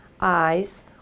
eyes